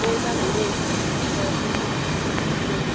दे जागोन दे ओह दे